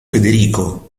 federico